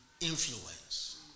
influence